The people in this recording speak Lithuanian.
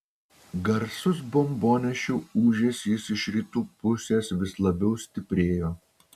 garsus bombonešių ūžesys iš rytų pusės vis labiau stiprėjo